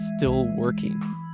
stillworking